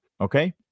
Okay